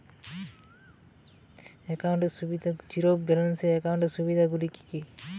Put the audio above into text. Zero balance একাউন্টের সুবিধা গুলি কি কি?